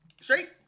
straight